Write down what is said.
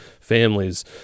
families